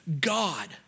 God